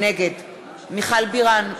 נגד מיכל בירן,